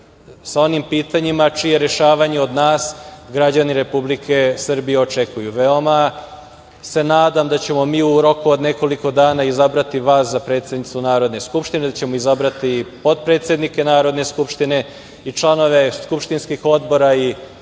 sa onim pitanjima čije rešavanje od nas građani Republike Srbije očekuju. Veoma se nadam da ćemo mi u roku od nekoliko dana izabrati vas za predsednicu Narodne skupštine, da ćemo izabrati potpredsednike Narodne skupštine i članove skupštinskih odbora i